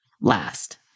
last